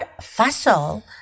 fossil